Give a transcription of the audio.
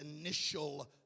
initial